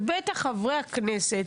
ובטח חברי הכנסת,